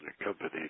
accompanied